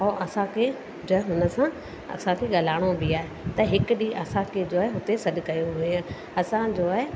और असांखे जो आहे हुनसां असांखे ॻाल्हाइणो बि आहे त हिक ॾींह असांखे जो आहे हुते सॾ कयो हुयनि असां जो आहे